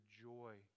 joy